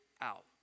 out